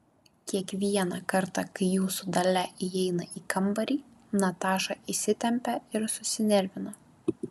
kiekvieną kartą kai jūsų dalia įeina į kambarį nataša įsitempia ir susinervina